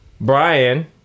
Brian